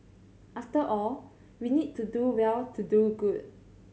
after all we need to do well to do good